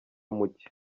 muke